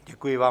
Děkuji vám.